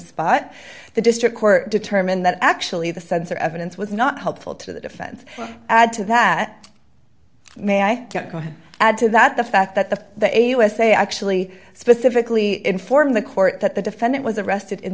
spot the district court determined that actually the sensor evidence was not helpful to the defense add to that may i kept going to add to that the fact that the usa actually specifically informed the court that the defendant was arrested in